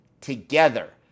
together